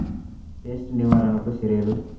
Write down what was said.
Pest నివారణకు చర్యలు?